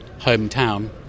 hometown